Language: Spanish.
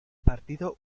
partido